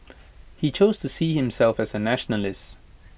he chose to see himself as A nationalist